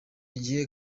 gihe